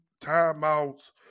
timeouts